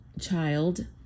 child